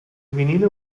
vinile